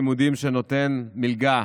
העברנו את החוק ממדים ללימודים, שנותן מלגה